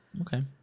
Okay